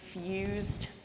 fused